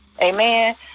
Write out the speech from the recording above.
Amen